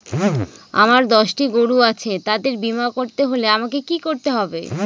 আমার দশটি গরু আছে তাদের বীমা করতে হলে আমাকে কি করতে হবে?